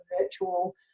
virtual